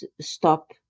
stop